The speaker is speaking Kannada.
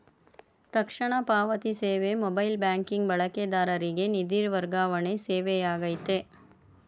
ತಕ್ಷಣ ಪಾವತಿ ಸೇವೆ ಮೊಬೈಲ್ ಬ್ಯಾಂಕಿಂಗ್ ಬಳಕೆದಾರರಿಗೆ ನಿಧಿ ವರ್ಗಾವಣೆ ಸೇವೆಯಾಗೈತೆ